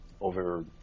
over